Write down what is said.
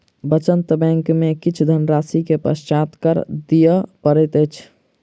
बचत बैंक में किछ धनराशि के पश्चात कर दिअ पड़ैत अछि